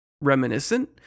reminiscent